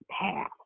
path